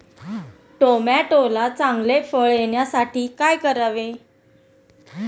टोमॅटोला चांगले फळ येण्यासाठी काय करावे?